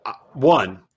One